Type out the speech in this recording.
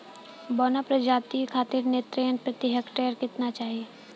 बौना प्रजाति खातिर नेत्रजन प्रति हेक्टेयर केतना चाही?